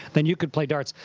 then you could play darts.